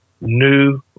new